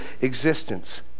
existence